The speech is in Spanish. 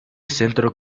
centro